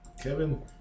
Kevin